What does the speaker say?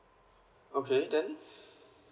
okay then